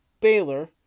Baylor